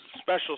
special